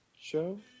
show